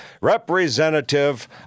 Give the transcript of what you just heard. representative